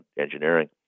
engineering